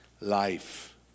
life